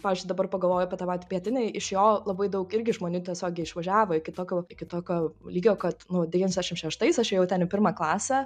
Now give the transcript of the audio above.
pavyzdžiui dabar pagalvoju apie tą patį pietinį iš jo labai daug irgi žmonių tiesiogiai išvažiavo į kitokio į kitokio lygio kad nu devyniasdešim šeštais aš ėjau ten į pirmą klasę